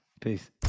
Peace